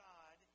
God